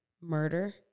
murder